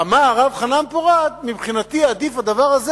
אמר הרב חנן פורת: מבחינתי עדיף הדבר הזה